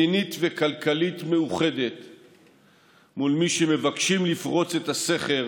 מדינית וכלכלית, מול מי שמבקשים לפרוץ את הסכר